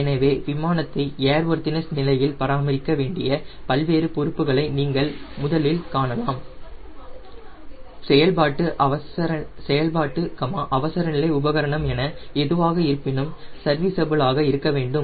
எனவே விமானத்தை ஏர்வொர்த்தினஸ் நிலையில் பராமரிக்க வேண்டிய பல்வேறு பொறுப்புகளை நீங்கள் முதலில் காணலாம் செயல்பாட்டு அவசரநிலை உபகரணம் என எதுவாக இருப்பினும் சர்வீஸபுள் ஆக இருக்க வேண்டும்